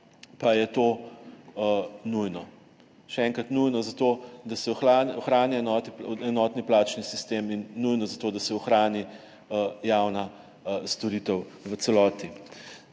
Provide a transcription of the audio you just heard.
pa je to nujno. Še enkrat, nujno je zato, da se ohrani enotni plačni sistem, in nujno zato, da se ohrani javna storitev v celoti.